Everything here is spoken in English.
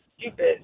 stupid